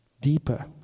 deeper